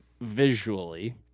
visually